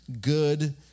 good